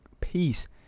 peace